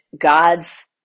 God's